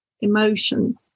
emotion